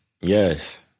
Yes